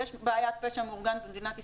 יש בעיית פשע מאורגן במדינת ישראל,